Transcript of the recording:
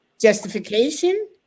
justification